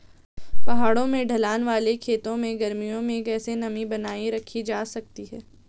पहाड़ों में ढलान वाले खेतों में गर्मियों में कैसे नमी बनायी रखी जा सकती है?